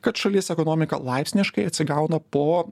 kad šalies ekonomika laipsniškai atsigauna po